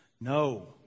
No